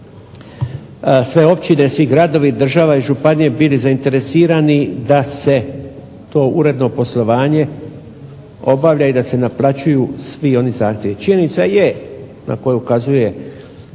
sve općine, svi gradovi, država i županije bili zainteresirani da se to uredno poslovanje obavlja i da se naplaćuju svi onih zahtjevi. Činjenica je na koje ukazuje